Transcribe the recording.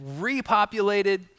repopulated